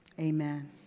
amen